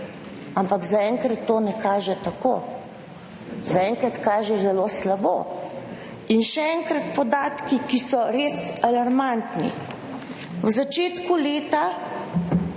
ampak zaenkrat to ne kaže tako, zaenkrat kaže zelo slabo. In še enkrat, podatki, ki so res alarmantni, v začetku leta